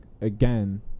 again